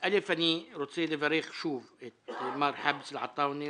אני רוצה לברך שוב את מר חאבס אלעטאונה,